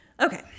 Okay